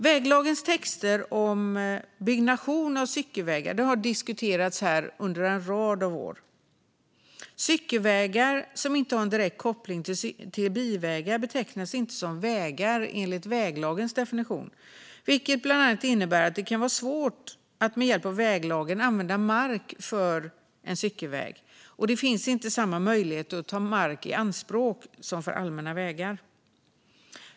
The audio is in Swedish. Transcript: Väglagens texter om byggnation av cykelvägar har diskuterats här under en rad år. Cykelvägar som inte har en direkt koppling till bilvägar betecknas inte som vägar enligt väglagens definition, vilket bland annat innebär att det kan vara svårt att med hjälp av väglagen använda mark för en cykelväg. Det finns heller inte samma möjligheter för att ta mark i anspråk som för allmänna vägar.